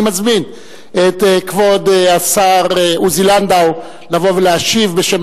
אני מזמין את כבוד השר עוזי לנדאו לבוא ולהשיב בשם